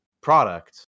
product